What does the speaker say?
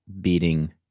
beating